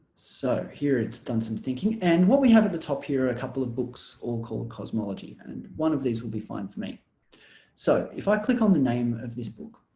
so here it's done some thinking and what we have at the top here are a couple of books all called cosmology and one of these will be fine for me so if i click on the name of this book